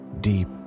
deep